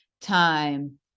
time